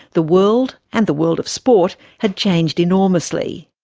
the world and the world of sport had changed enormously.